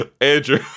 Andrew